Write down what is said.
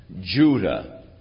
Judah